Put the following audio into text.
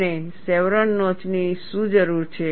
અને શેવરોન નોચની શું જરૂર છે